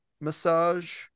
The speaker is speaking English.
massage